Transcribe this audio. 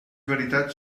veritat